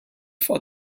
for